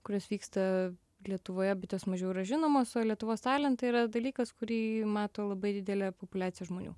kurios vyksta lietuvoje bet jos mažiau yra žinomos o lietuvos talentai yra dalykas kurį mato labai didelė populiacija žmonių